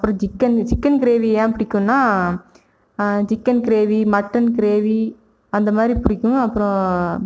அப்புறம் chicken chicken gravy ஏன் பிடிக்குன்னா சிக்கன் கிரேவி மட்டன் கிரேவி அந்தமாதிரி பிடிக்கும் அப்புறம்